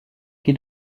qui